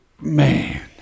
Man